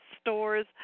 stores